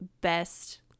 best